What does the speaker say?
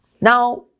Now